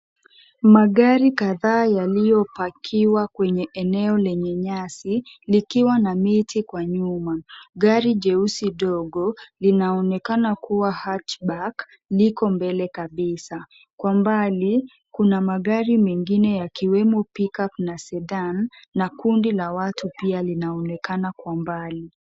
Magari kadhaa yaliyopakiwa kwenye eneo lenye nyasi likiwa na miti kwa nyuma ,gari jeusi ndogo linaonekana kuwa hachi baki liko mbele kabisa ,kwa mbali kuna magari mengine yakiwemo pickup na zetani na kundi la watu pia linaonekana kwa mbali.